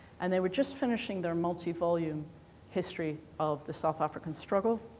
and they were just finishing their multi-volume history of the south african struggle.